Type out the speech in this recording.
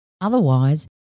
Otherwise